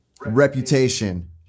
Reputation